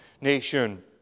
nation